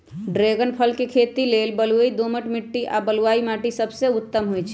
dragon फल के खेती लेल बलुई दोमट माटी आ बलुआइ माटि सबसे उत्तम होइ छइ